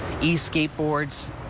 e-skateboards